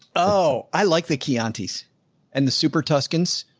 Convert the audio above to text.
oh, i like the kian teas and the super tuscans.